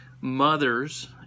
mothers